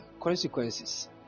consequences